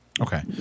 Okay